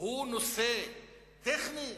הוא נושא טכני,